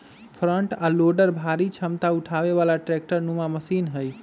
front आ loader भारी क्षमता उठाबे बला ट्रैक्टर नुमा मशीन हई